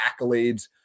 accolades